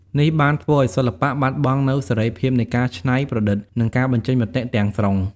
នេះបានធ្វើឱ្យសិល្បៈបាត់បង់នូវសេរីភាពនៃការច្នៃប្រឌិត និងការបញ្ចេញមតិទាំងស្រុង។